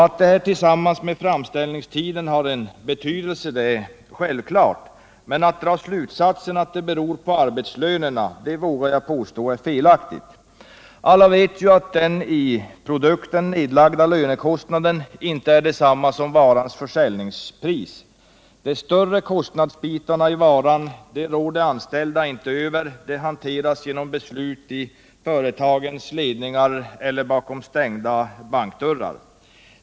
Att den tillsammans med framställningstiden har en betydelse är självklart, men att dra slutsatsen att det beror på arbetslönerna vågar jag påstå är felaktigt. Alla vet ju att den i produkten nedlagda lönekostnaden inte är detsamma som varans försäljningspris. De större kostnadsbitarna i varan rår de anställda inte över. De hanteras genom beslut i företagens ledning eller bakom stängda bankdörrar.